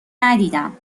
ندیدم